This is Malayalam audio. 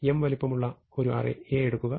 m വലുപ്പമുള്ള ഒരു array A എടുക്കുക